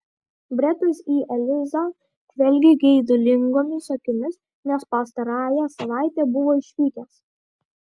bretas į elizą žvelgė geidulingomis akimis nes pastarąją savaitę buvo išvykęs